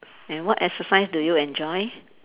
and what exercise do you enjoy